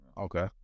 Okay